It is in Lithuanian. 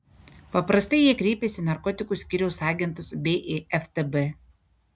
paprastai jie kreipiasi į narkotikų skyriaus agentus bei į ftb